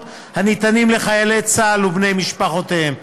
הניתנים לחיילי צה"ל ולבני משפחותיהם.